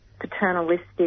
paternalistic